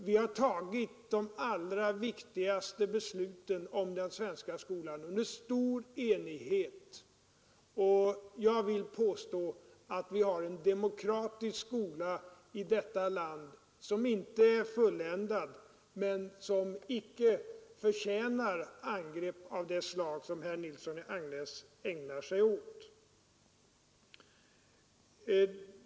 Vi har fattat de allra viktigaste besluten om den svenska skolan i stor enighet, och jag vill påstå att vi i detta land har en demokratisk skola, som visserligen inte är fulländad men som heller icke förtjänar angrepp av det slag som herr Nilsson i Agnäs ägnar sig åt.